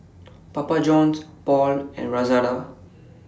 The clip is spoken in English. Papa Johns Paul and Lazada